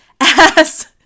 ass